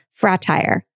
fratire